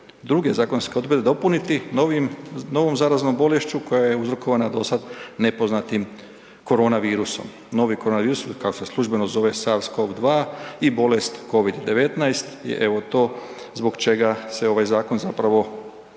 druge zakonske odredbe dopuniti novim, novom zaraznom bolešću koja je uzrokovana dosad nepoznatim koronavirusom, novi koronavirus kako se službeno zove SARS cod 2 i bolest COVID-19, evo to zbog čega se ovaj zakon zapravo